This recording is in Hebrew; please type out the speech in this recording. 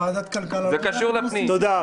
תודה.